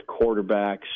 quarterbacks